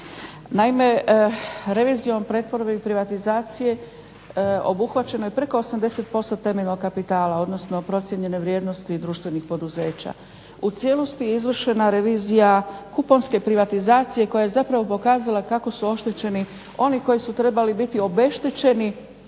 Naime, revizijom pretvorbe i privatizacije obuhvaćeno je preko 80% temeljnog kapitala, odnosno procijenjene vrijednosti društvenih poduzeća. U cijelosti je izvršena revizija kuponske privatizacije koja je zapravo pokazala kako su oštećeni oni koji su trebali biti obeštećeni